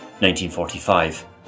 1945